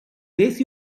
beth